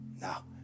Now